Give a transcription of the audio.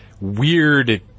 weird